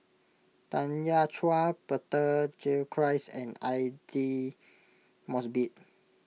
Tanya Chua Peter Gilchrist and Aidli Mosbit